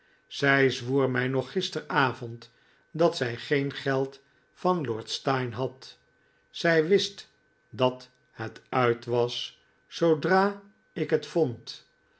zij zwoer mij nog gisterenavond dat zij geen geld van lord steyne had zij wist dat het uit was zoodra ik het vond